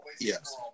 Yes